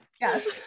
Yes